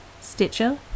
Stitcher